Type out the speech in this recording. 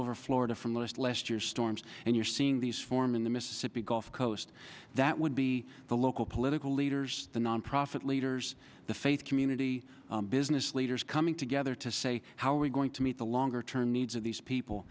over florida from list last year storms and you're seeing these form in the mississippi go coast that would be the local political leaders the nonprofit leaders the faith community business leaders coming together to say how are we going to meet the longer term needs of these people